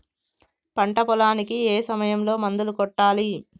పంట పొలానికి ఏ సమయంలో మందులు కొట్టాలి?